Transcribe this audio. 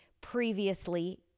previously